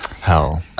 hell